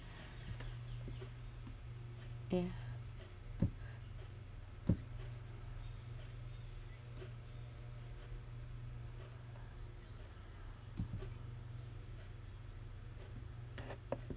ya